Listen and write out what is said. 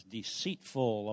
deceitful